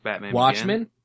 Watchmen